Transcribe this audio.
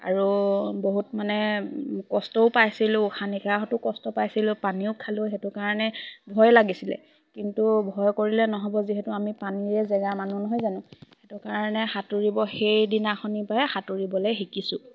আৰু বহুত মানে কষ্টও পাইছিলোঁ সানিশাহতো কষ্ট পাইছিলোঁ পানীও খালোঁ সেইটো কাৰণে ভয় লাগিছিলে কিন্তু ভয় কৰিলে নহ'ব যিহেতু আমি পানীৰে জেগা মানুহ নহয় জানো সেইটো কাৰণে সাঁতুৰিব সেইদিনাখনিৰ প সাঁতুৰিবলে শিকিছোঁ